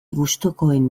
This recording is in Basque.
gustukoen